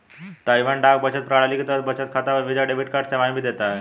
Taiwan डाक बचत प्रणाली के तहत बचत खाता और वीजा डेबिट कार्ड सेवाएं भी देता है